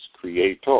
Creator